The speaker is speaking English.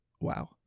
Wow